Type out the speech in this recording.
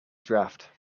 draft